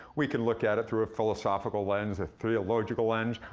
we can look at it through a philosophical lens, a theological lens,